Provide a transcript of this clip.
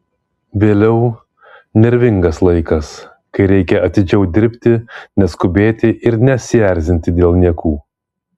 vėliau nervingas laikas kai reikia atidžiau dirbti neskubėti ir nesierzinti dėl niekų